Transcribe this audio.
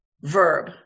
verb